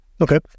Okay